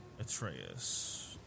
Atreus